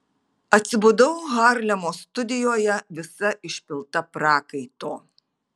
atsibudau harlemo studijoje visa išpilta prakaito